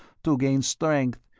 to gain strength,